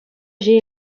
ӗҫе